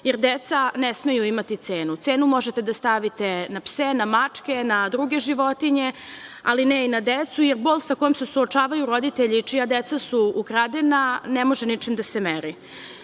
jer deca ne smeju imati cenu. Cenu možete da stavite na pse, na mačke, na druge životinje, ali ne i na decu, jer bol sa kojim se suočavaju roditelji čija deca su ukradena ne može ničim da se meri. Nama